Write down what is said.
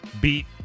beat